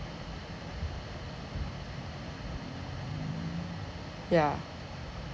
ya